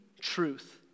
truth